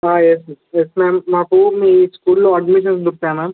yes yes ma'am మాకు మీ స్కూల్లో అడ్మిషన్స్ దొరుకుతాయా మ్యామ్